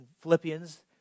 Philippians